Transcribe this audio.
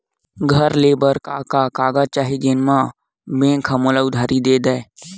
घर ले बर का का कागज चाही जेम मा बैंक हा मोला उधारी दे दय?